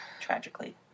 Tragically